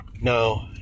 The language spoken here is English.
no